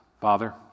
Father